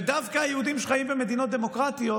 ודווקא היהודים שחיים במדינות דמוקרטיות